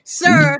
sir